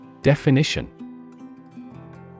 Definition